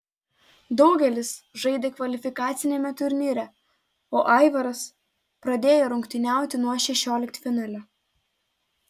daugelis žaidė kvalifikaciniame turnyre o aivaras pradėjo rungtyniauti nuo šešioliktfinalio